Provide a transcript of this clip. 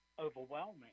overwhelming